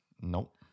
Nope